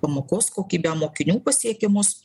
pamokos kokybę mokinių pasiekimus